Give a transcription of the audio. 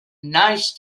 neix